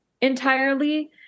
Entirely